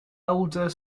elder